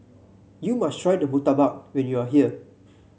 you must try murtabak when you are here